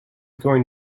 going